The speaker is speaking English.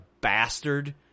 bastard